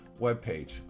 webpage